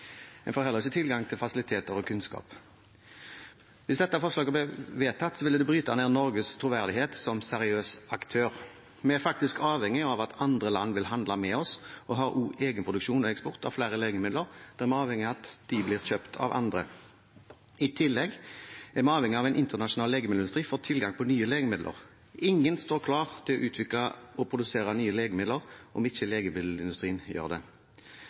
En får heller ikke tilgang til fasiliteter og kunnskap. Hvis dette forslaget ble vedtatt, ville det bryte ned Norges troverdighet som seriøs aktør. Vi er faktisk avhengig av at andre land vil handle med oss. Å ha egenproduksjon og eksport av flere legemidler er avhengig av kjøp fra andre. I tillegg er vi avhengig av en internasjonal legemiddelindustri for å få tilgang til nye legemidler. Ingen står klar til å utvikle og produsere nye legemidler om ikke legemiddelindustrien gjør det.